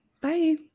Bye